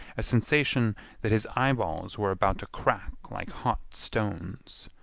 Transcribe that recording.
a sensation that his eyeballs were about to crack like hot stones.